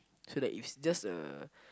so that you just a